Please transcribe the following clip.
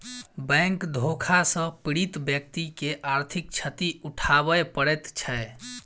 bank धोखा सॅ पीड़ित व्यक्ति के आर्थिक क्षति उठाबय पड़ैत छै